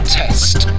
test